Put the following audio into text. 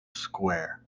square